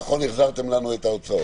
נכון שהחזרתם לנו את ההוצאות,